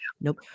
Nope